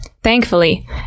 Thankfully